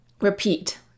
repeat